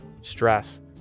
stress